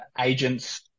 agents